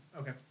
okay